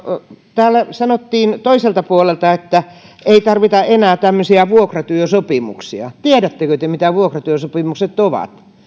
täällä sanottiin toiselta puolelta että ei tarvita enää tämmöisiä vuokratyösopimuksia tiedättekö te mitä vuokratyösopimukset ovat